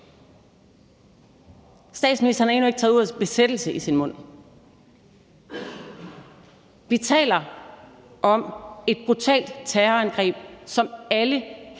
Statsministeren har endnu ikke taget ordet besættelse i sin mund. Vi taler om et brutalt terrorangreb, som alle